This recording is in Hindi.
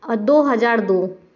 और दो हज़ार दो